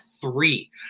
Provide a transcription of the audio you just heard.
three